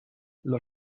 los